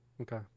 Okay